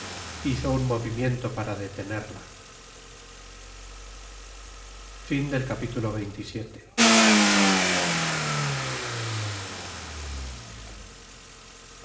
hizo un movimiento para detenerla